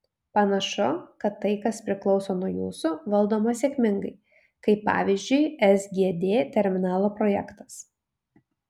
panašu kad tai kas priklauso nuo jūsų valdoma sėkmingai kaip pavyzdžiui sgd terminalo projektas